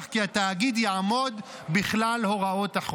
כי התאגיד יעמוד בכלל הוראות החוק.